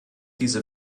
diese